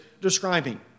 describing